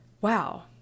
wow